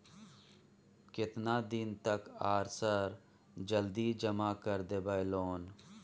केतना दिन तक आर सर जल्दी जमा कर देबै लोन?